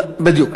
בדיוק.